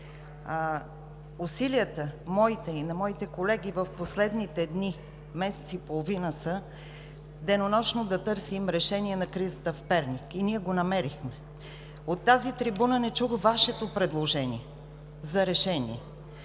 Усилията – моите и на моите колеги – в последните дни, месец и половина са денонощно да търсим решение на кризата в Перник и ние го намерихме. От тази трибуна не чух Вашето предложение за решение.